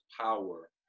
power